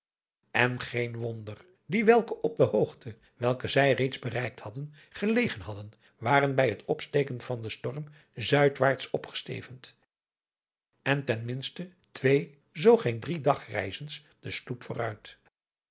en geen wonder die welke op de hoogte welke zij reeds bereikt hadden gelegen hadden waren bij het opsteken van den storm zuidwaarts opgestevend en ten minste twee zoo geen drie dagreizens de sloep vooruit